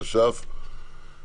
התש"ף- 2020,